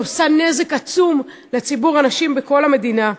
היא עושה נזק עצום לציבור הנשים בכל המדינה.